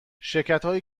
شرکتهایی